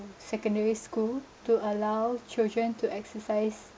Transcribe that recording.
secondary school to allow children to exercise